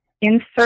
insert